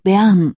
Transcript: Bern